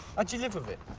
and you live with it?